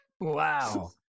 wow